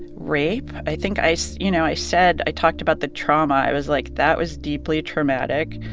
rape. i think i so you know, i said i talked about the trauma. i was like, that was deeply traumatic.